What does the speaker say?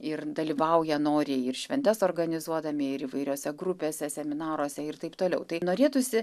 ir dalyvauja noriai ir šventes organizuodami ir įvairiose grupėse seminaruose ir taip toliau tai norėtųsi